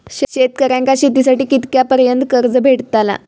शेतकऱ्यांका शेतीसाठी कितक्या पर्यंत कर्ज भेटताला?